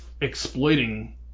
exploiting